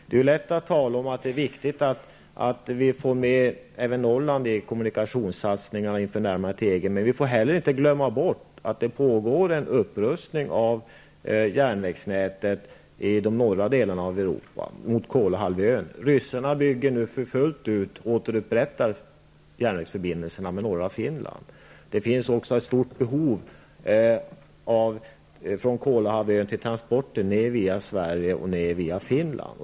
Det är lätt att tala om att det är viktigt att vi får med även Norrland i kommunikationssatsningar inför närmandet till EG, men vi får heller inte glömma bort att det pågår en upprustning av järnvägsnätet i de norra delarna av Europa, mot Kolahalvön. Ryssarna bygger nu för fullt ut och återupprättar järnvägsförbindelserna med norra Finland. Det finns också ett stort behov av transporter från Kolahalvön ner via Sverige och Finland.